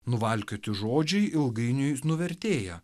nuvalkioti žodžiai ilgainiui nuvertėja